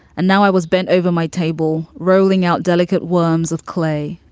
and now i was bent over my table, rolling out delicate worms of clay,